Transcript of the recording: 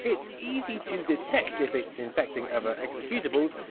it's easy to detect if it's infecting other executables,